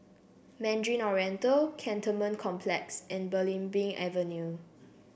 Mandarin Oriental Cantonment Complex and Belimbing Avenue